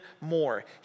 more